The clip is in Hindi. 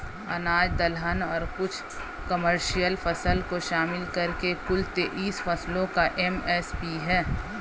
अनाज दलहन और कुछ कमर्शियल फसल को शामिल करके कुल तेईस फसलों का एम.एस.पी है